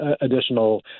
additional